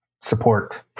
support